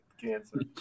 cancer